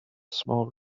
small